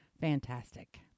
Fantastic